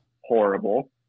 horrible